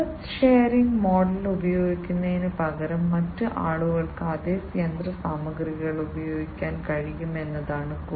asset sharing model ഉപയോഗിക്കുന്നതിന് പകരം മറ്റ് ആളുകൾക്ക് അതേ യന്ത്രസാമഗ്രികൾ ഉപയോഗിക്കാൻ കഴിയും എന്നതാണ്